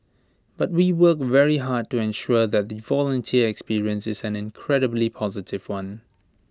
but we work very hard to ensure that the volunteer experience is an incredibly positive one